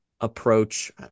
approach